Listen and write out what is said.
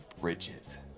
Bridget